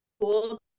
cool